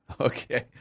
Okay